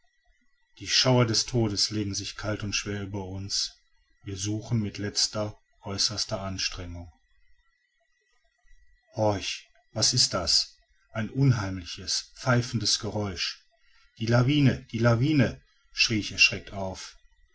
die schauer des todes legen sich kalt und schwer über uns wir suchen mit letzter äußerster anstrengung horch was ist das ein unheimliches pfeifendes geräusch die lawine die lawine schrie ich erschreckt auf